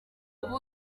ubu